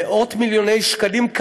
מאות מיליוני שקלים,